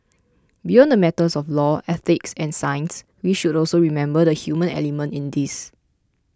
beyond the matters of law ethics and science we should also remember the human element in this